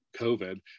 COVID